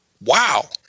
Wow